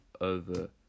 over